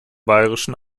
bayerischen